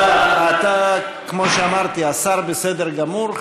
אתה, כמו שאמרתי, השר, בסדר גמור.